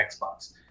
Xbox